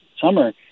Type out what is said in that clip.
summer